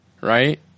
right